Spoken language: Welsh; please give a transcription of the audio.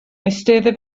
eisteddai